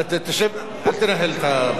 בילסקי, אל תנהל.